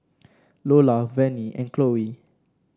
Lolla Vannie and Chloe